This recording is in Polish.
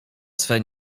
swe